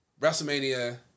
Wrestlemania